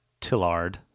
Tillard